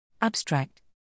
Abstract